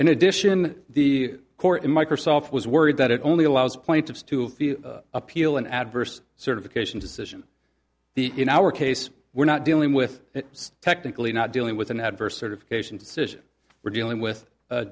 in addition the court in microsoft was worried that it only allows plaintiffs to appeal an adverse certification decision the in our case we're not dealing with technically not dealing with an adverse certification decision we're dealing with